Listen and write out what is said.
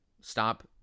stop